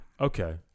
Okay